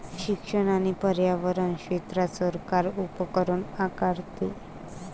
शिक्षण आणि पर्यावरण क्षेत्रात सरकार उपकर आकारते